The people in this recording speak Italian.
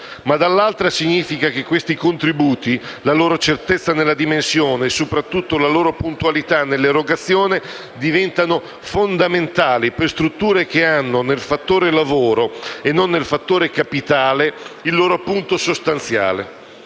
ma dall'altra significa che questi contributi, la loro certezza nella dimensione e, soprattutto, la loro puntualità nell'erogazione diventano fondamentali per strutture che hanno nel fattore lavoro e non nel fattore capitale il loro punto sostanziale.